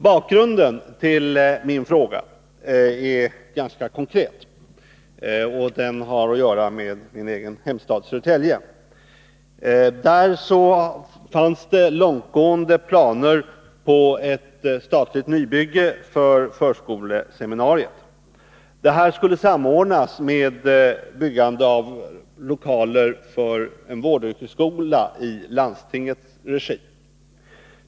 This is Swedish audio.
Bakgrunden till min fråga är ganska konkret — den har att göra med min egen hemstad, Södertälje. Där fanns det långtgående planer på ett statligt nybygge för förskoleseminarium. Det här skulle samordnas med byggande i landstingets regi av lokaler för en vårdyrkesskola.